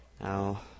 Now